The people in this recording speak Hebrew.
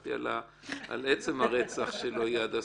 התווכחתי על עצם הרצח שלא יהיה עד הסוף.